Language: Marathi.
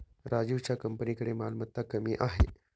राजीवच्या कंपनीकडे मालमत्ता कमी आहे